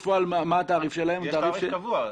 יש תעריף קבוע,